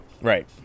Right